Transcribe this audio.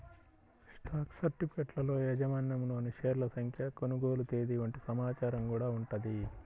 stock సర్టిఫికెట్లలో యాజమాన్యంలోని షేర్ల సంఖ్య, కొనుగోలు తేదీ వంటి సమాచారం గూడా ఉంటది